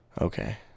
Okay